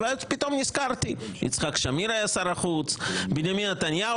ואז פתאום נזכרתי יצחק שמיר היה שר החוץ; בנימין נתניהו